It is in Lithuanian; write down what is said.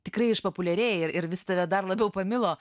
tikrai išpopuliarėjai ir ir vis tave dar labiau pamilo